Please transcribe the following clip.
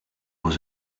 was